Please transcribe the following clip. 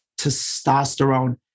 testosterone